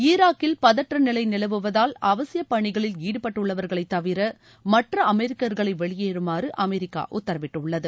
ஈராக்கில் பதற்றநிலை நிலவுவதால் அவசிய பணிகளில் ஈடுபட்டுள்ளவர்களை தவிர மற்ற அமெரிக்கர்களை வெளியேறுமாறு அமெரிக்கா உத்தரவிட்டுள்ளது